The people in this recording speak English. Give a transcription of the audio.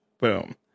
Boom